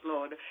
Lord